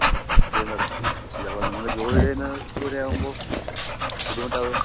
ആ സ്കൂളിനടുത്തു നിന്നോ ഇല്ലെ അപ്പോൾ നിങ്ങൾ ജോലി ചെയ്യുന്നത് ദൂരെ ആകുമ്പോൾ ബുദ്ധിമുട്ടാകുമോ